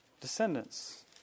descendants